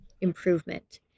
improvement